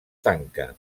tanca